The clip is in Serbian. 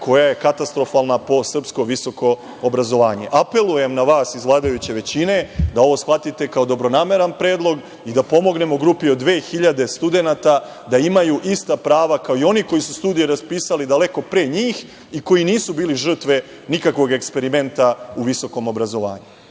koja je katastrofalna po srpsko visoko obrazovanje. Apelujem na vas iz vladajuće većine da ovo shvatite ovo kao dobronameran predlog i da pomognemo grupi od 2000 studenata da imaju ista prava kao i oni koji su studije upisali daleko pre njih i koji nisu bili žrtve nikakvog eksperimenta u visokom obrazovanju.